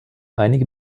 einige